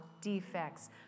defects